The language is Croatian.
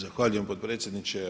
Zahvaljujem potpredsjedniče.